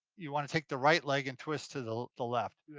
you wanna take the right leg and twist to the the left.